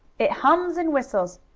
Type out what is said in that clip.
it hums and whistles.